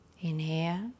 Inhale